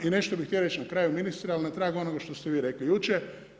I nešto bih htio reći na kraju ministre, ali na tragu onoga što ste vi rekli jučer.